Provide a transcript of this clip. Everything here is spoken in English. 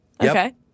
Okay